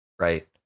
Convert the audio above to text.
right